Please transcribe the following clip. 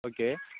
okay